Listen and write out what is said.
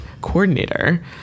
coordinator